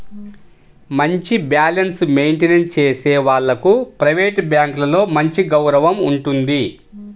మంచి balance maintain చేసే వాళ్లకు ప్రైవేట్ బ్యాంకులలో మంచి గౌరవం ఉంటుంది